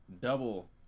double